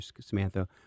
Samantha